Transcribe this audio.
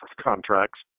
contracts